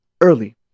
early